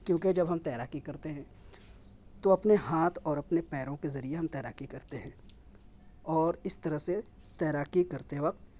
کیونکہ جب ہم تیراکی کرتے ہیں تو اپنے ہاتھ اور اپنے پیروں کے ذریعہ ہم تیراکی کرتے ہیں اور اس طرح سے تیراکی کرتے وقت